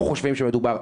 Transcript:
אנחנו חושבים שמדובר,